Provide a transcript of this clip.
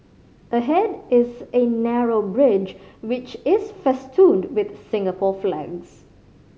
ahead is a narrow bridge which is festooned with Singapore flags